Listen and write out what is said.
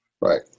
Right